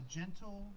gentle